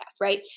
right